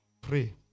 Pray